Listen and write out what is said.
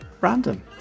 random